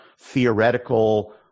theoretical